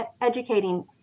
educating